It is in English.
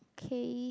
K